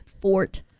fort